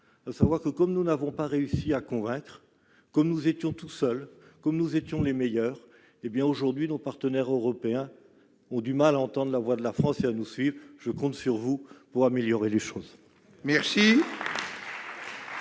nous voulions. Nous n'avons pas réussi à convaincre ; nous étions seuls ; nous pensions être les meilleurs ; et aujourd'hui nos partenaires européens ont du mal à entendre la voix de la France et à nous suivre. Je compte sur vous pour améliorer les choses ! Mes